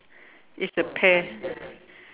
it's the pair